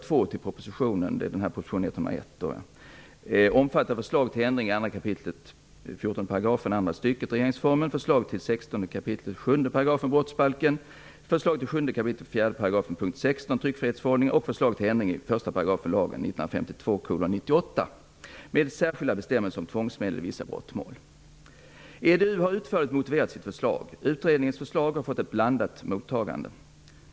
2 i prop. 101 omfattar förslag till ändring i 2 kap. 14 § andra stycket regeringsformen, förslag till 16 kap. 7 § brottsbalken, förslag till 7 EDU har utförligt motiverat sitt förslag. Utredningens förslag har fått ett blandat mottagande.